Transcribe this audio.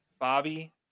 Bobby